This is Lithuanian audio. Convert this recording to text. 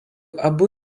abu